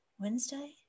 Wednesday